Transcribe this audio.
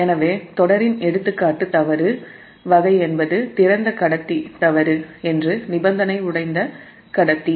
எனவேதவறு வகை என்பது தொடரின் எடுத்துக்காட்டு திறந்த கடத்தி தவறு என்பது நிபந்தனை உடைந்த கடத்தி